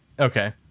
Okay